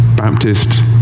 Baptist